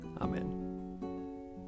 Amen